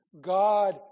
God